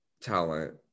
talent